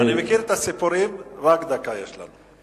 אני מכיר את הסיפורים, רק דקה יש לנו.